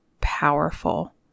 powerful